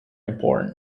important